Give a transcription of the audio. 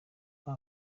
nta